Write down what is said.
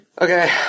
Okay